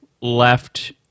left